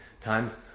times